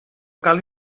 cal